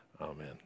Amen